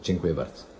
Dziękuję bardzo.